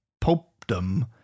popedom